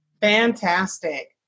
Fantastic